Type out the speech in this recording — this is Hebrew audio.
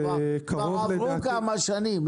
כבר עברו כמה שנים.